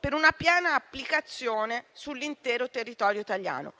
per una piena applicazione sull'intero territorio italiano.